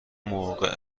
موقع